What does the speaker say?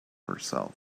herself